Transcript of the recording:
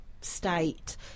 state